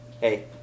hey